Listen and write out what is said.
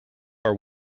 are